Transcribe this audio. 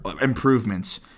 improvements